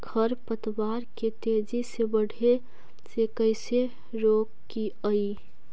खर पतवार के तेजी से बढ़े से कैसे रोकिअइ?